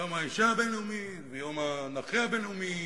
יום האשה הבין-לאומי ויום הנכה הבין-לאומי